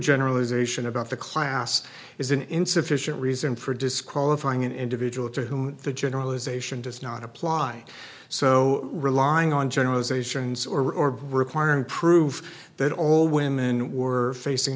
generalization about the class is an insufficient reason for disqualifying an individual to whom the generalization does not apply so relying on generalizations or requiring proof that all women were facing